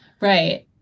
Right